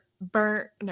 burner